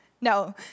No